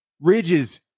Ridges